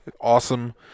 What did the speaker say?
awesome